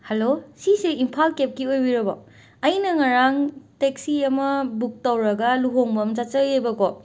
hello ꯁꯤꯁꯦ ꯏꯝꯐꯥꯜ ꯀꯦꯞꯀꯤ ꯑꯣꯏꯕꯤꯔꯕꯣ ꯑꯩꯅ ꯉꯔꯥꯡ ꯇꯦꯛꯁꯤ ꯑꯃ ꯕꯨꯛ ꯇꯧꯔꯒ ꯂꯨꯍꯣꯡꯕ ꯑꯃ ꯆꯠꯆꯩꯌꯦꯕꯀꯣ